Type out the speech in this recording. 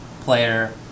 player